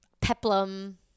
peplum